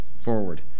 forward